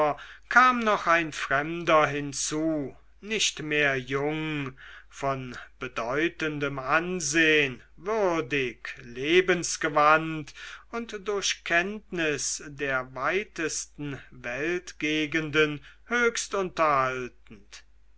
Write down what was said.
kam noch ein fremder hinzu nicht mehr jung von bedeutendem ansehn würdig lebensgewandt und durch kenntnis der weitesten weltgegenden höchst unterhaltend